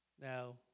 Now